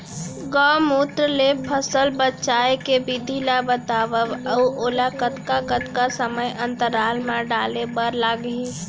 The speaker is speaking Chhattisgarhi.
गौमूत्र ले फसल बचाए के विधि ला बतावव अऊ ओला कतका कतका समय अंतराल मा डाले बर लागही?